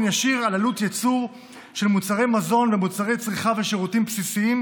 ישיר על עלות ייצור של מוצרי מזון ומוצרי צריכה ושירותים בסיסיים,